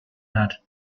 hat